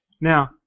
Now